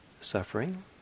suffering